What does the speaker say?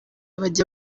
bajya